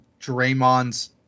Draymond's